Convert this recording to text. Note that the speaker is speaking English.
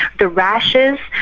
the rashes.